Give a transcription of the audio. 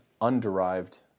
underived